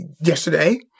Yesterday